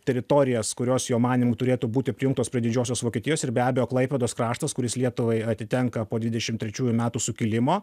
teritorijas kurios jo manymu turėtų būti prijungtos prie didžiosios vokietijos ir be abejo klaipėdos kraštas kuris lietuvai atitenka po dvidešim trečiųjų metų sukilimo